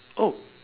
oh